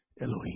Elohim